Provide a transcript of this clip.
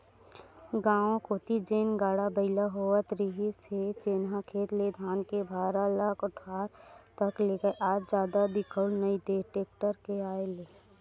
गाँव कोती जेन गाड़ा बइला होवत रिहिस हे जेनहा खेत ले धान के भारा ल कोठार तक लेगय आज जादा दिखउल नइ देय टेक्टर के आय ले